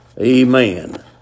Amen